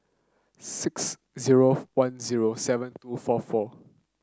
six zero one zero seven two four four